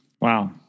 Wow